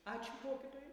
ačiū mokytojai